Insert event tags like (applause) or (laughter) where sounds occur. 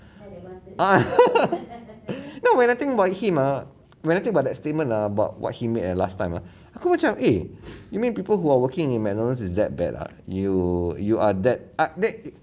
ah (laughs) now when I think about him ah when I think about that statement ah about what he made at last time ah aku macam eh you mean people who are working in mcdonald's is that bad ah you you are that ah that